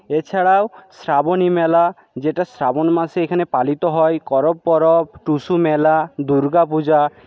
এছাড়াও শ্রাবণী মেলা যেটা শ্রাবণ মাসে এখানে পালিত হয় করম পরব টুসু মেলা দুর্গা পূজা